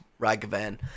Ragavan